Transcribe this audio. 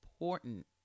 important